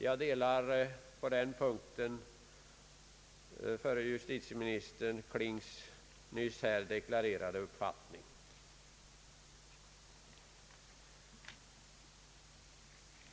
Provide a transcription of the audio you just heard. Jag delar på den punkten förre justitieministern Klings nyss deklarerade uppfattning.